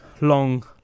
long